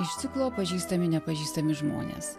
iš ciklo pažįstami nepažįstami žmonės